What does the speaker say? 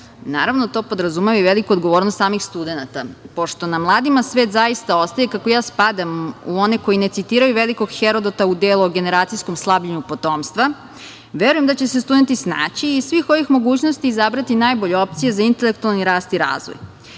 Naravno, to podrazumeva i veliku odgovornost samih studenata. Pošto na mladima svet zaista ostaje, kako ja spadam u one koji ne citiraju velikog Herodota u delu o generacijskom slabljenju potomstva, verujem da će se studenti snaći i iz svih ovih mogućnosti izabrati najbolje opcije za intelektualni rast i